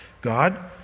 God